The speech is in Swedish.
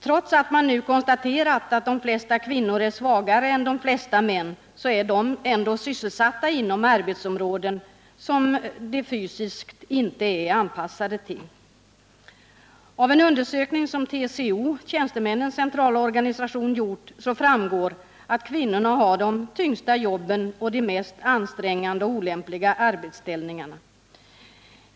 Trots att man nu konstaterat att de flesta kvinnor är svagare än de flesta män, så är de sysselsatta inom arbetsområden som de fysiskt inte är anpassade till. Av en undersökning som TCO, Tjänstemännens centralorganisation, gjort framgår det att kvinnorna har de tyngsta jobben och de mest ansträngande och olämpliga arbetsställningarna.